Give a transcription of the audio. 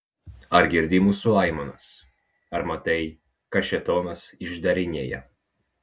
ar girdi mūsų aimanas ar matai ką šėtonas išdarinėja